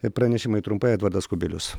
ir pranešimai trumpai edvardas kubilius